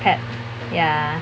pad ya